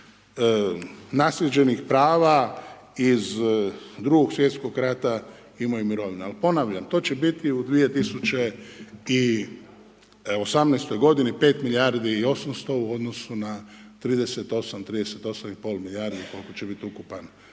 naslijeđenih prava iz II. Svjetskog rata imaju mirovine ali ponavljam, to će biti u 2018. godini 5 milijardi i 800 u odnosu na 38, 38,5 milijardi koliko će biti ukupan